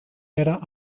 better